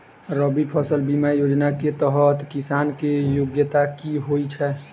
रबी फसल बीमा योजना केँ तहत किसान की योग्यता की होइ छै?